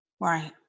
Right